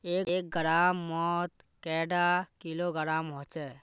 एक ग्राम मौत कैडा किलोग्राम होचे?